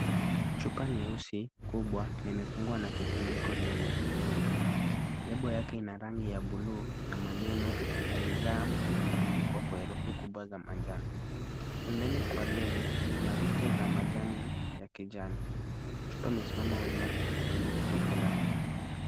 Picha nyeusi kubwa imefungwa na kifuniko nyeupe. Lebo yake ina rangi ya buluu na maneno Balijaam imeandikwa kwa herufi kubwa za manjano. Pembeni kwa lebo kuna picha za majani ya kijani. Chupa imesimama wima kwenye uso fulani.